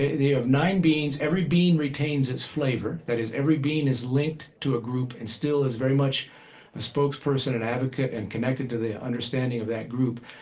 of nine beans, every bean retains its flavor. that is, every bean is linked to a group and still is very much a spokesperson, an advocate, and connected to the understanding of that group.